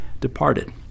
departed